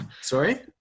sorry